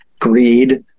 greed